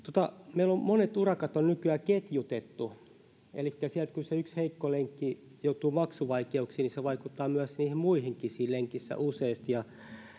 meillä monet urakat on nykyään ketjutettu elikkä sieltä kun se yksi heikko lenkki joutuu maksuvaikeuksiin se vaikuttaa useasti myös niihin muihin siinä lenkissä